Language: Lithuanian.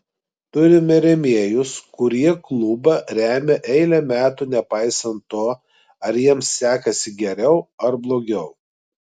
turime rėmėjus kurie klubą remia eilę metų nepaisant to ar jiems sekasi geriau ar blogiau